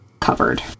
covered